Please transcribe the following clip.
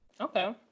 Okay